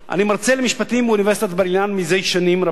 אני מרצה למשפטים באוניברסיטת בר-אילן מזה שנים רבות.